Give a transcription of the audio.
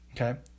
okay